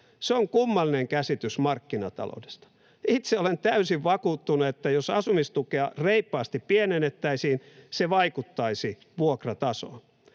Se on kummallinen käsitys markkinataloudesta. Itse olen täysin vakuuttunut siitä, että jos asumistukea reippaasti pienennettäisiin, se vaikuttaisi vuokratasoon.